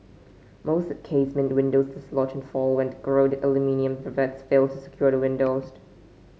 most casement windows dislodge and fall when corroded aluminium rivets fail to secure the windows